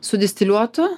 su distiliuotu